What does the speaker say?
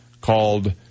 called